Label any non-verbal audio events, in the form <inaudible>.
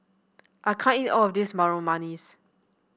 I can't eat all of this <unintelligible> manis